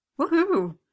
Woohoo